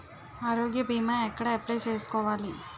ఆరోగ్య భీమా ఎక్కడ అప్లయ్ చేసుకోవాలి?